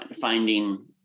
finding